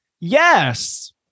Yes